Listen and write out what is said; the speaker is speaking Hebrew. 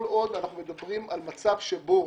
כל עוד אנחנו מדברים על מצב שבו